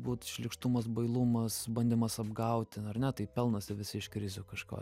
būt šlykštumas bailumas bandymas apgauti ar ne taip pelnosi visi iš krizių kažko